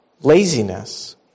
laziness